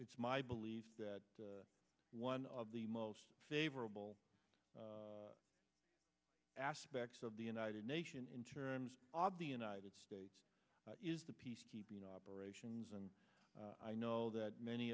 it's my belief that one of the most favorable aspects of the united nations in terms of the united states is the peacekeeping operations and i know that many